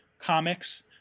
comics